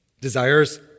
Desires